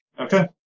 Okay